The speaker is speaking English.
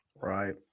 Right